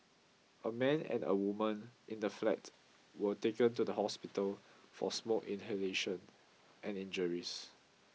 a man and a woman in the flat were taken to the hospital for smoke inhalation and injuries